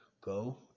go